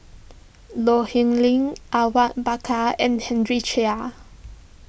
Low Ling Awang Bakar and Henry Chia